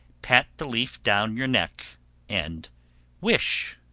pat the leaf down your neck and wish.